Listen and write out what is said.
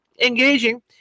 engaging